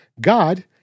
God